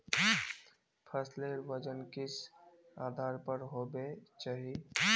फसलेर वजन किस आधार पर होबे चही?